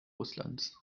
russlands